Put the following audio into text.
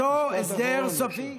אותו הסדר סופי,